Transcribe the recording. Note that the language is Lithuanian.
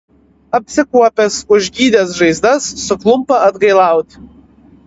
apsikuopęs užgydęs žaizdas suklumpa atgailauti